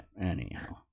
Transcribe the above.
anyhow